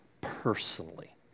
personally